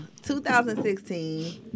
2016